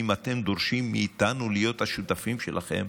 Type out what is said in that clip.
אם אתם דורשים מאיתנו להיות השותפים שלכם,